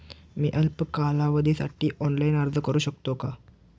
मी अल्प कालावधीसाठी ऑनलाइन अर्ज करू शकते का?